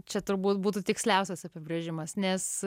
čia turbūt būtų tiksliausias apibrėžimas nes